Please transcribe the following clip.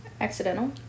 Accidental